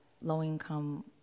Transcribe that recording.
low-income